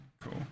Cool